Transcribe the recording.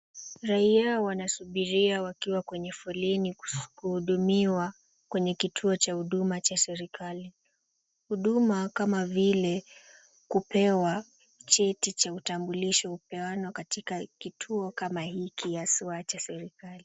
Raia wanasubiria wakiwa kwenye foleni kuhudumiwa kwenye kituo cha huduma cha serikali. Huduma kama vile kupewa cheti cha utambulisho hupeanwa katika kituo kama hiki haswa cha serikali.